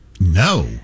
No